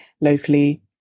locally